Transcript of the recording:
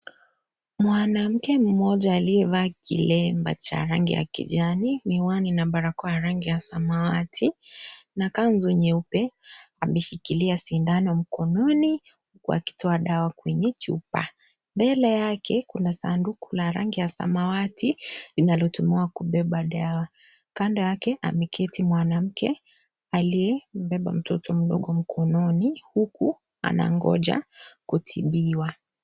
Mwanamke mmoja aliyevalia kilemba cha rangi ya kijani, miwani na barakoa ya rangi ya samawati, na kanzu nyeupe ameshikilia sindano mkononi, huku akitoa dawa kwenye chupa. Mbele yake, kuna sanduku la rangi ya samawati linalotumiwa kubeba dawa. Kando yake ameketi mwanamke aliyembeba mtoto mdogo mkononi, huku anangoja kutibiwa.